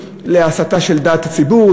להסתה של דעת הציבור,